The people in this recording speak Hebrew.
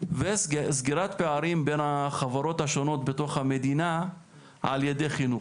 וסגירת פערים בין החברות השונות בתוך המדינה על ידי חינוך.